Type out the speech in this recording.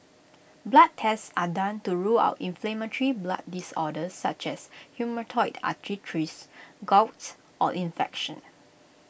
blood tests are done to rule out inflammatory blood disorders such as rheumatoid arthritis gout or infection